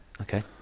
Okay